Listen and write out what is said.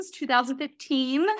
2015